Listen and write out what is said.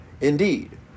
Indeed